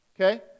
Okay